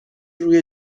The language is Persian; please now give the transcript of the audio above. روی